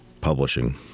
publishing